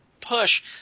push